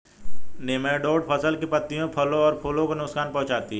nematode फसल की पत्तियों फलों और फूलों को नुकसान पहुंचाते हैं